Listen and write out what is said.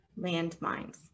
landmines